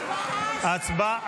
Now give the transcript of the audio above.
ההצבעה